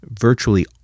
Virtually